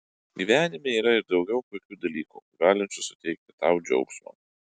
gyvenime yra ir daugiau puikių dalykų galinčių suteikti tau džiaugsmo